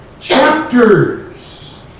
chapters